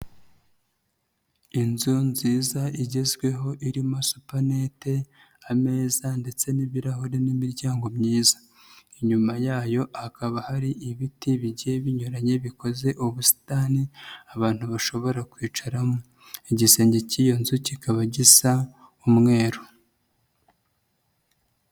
Inzu nziza igezweho irimo supanete, ameza ndetse n'ibirahuri n'imiryango myiza. Inyuma yayo hakaba hari ibiti bigiye binyuranye bikoze ubusitani, abantu bashobora kwicaramo. Igisenge cy'iyo nzu kikaba gisa umweru.